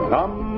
Come